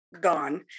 gone